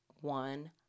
one